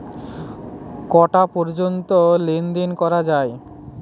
কটা পর্যন্ত লেন দেন করা য়ায়?